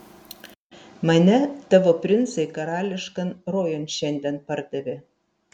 mane tavo princai karališkan rojun šiandien pardavė